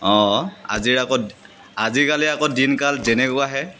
অঁ আজি আকৌ আজিকালি আকৌ দিন কাল যেনেকুৱাহে